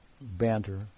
banter